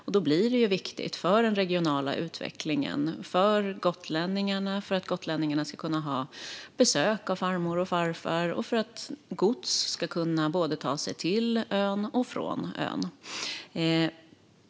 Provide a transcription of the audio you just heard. Därför är Gotlandstrafiken viktig för den regionala utvecklingen, så att gotlänningarna kan få besök av farmor och farfar och så att gods kan föras både till och från ön.